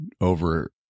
over